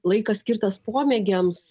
laikas skirtas pomėgiams